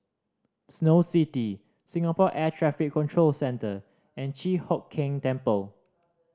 Snow City Singapore Air Traffic Control Centre and Chi Hock Keng Temple